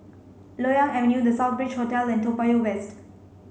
Loyang Avenue the Southbridge Hotel and Toa Payoh West